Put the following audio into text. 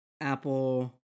apple